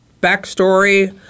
backstory